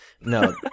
No